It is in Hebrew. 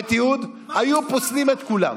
ותיעוד, היו פוסלים את כולן.